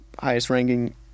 highest-ranking